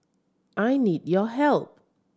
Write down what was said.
I need your help